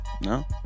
No